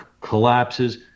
collapses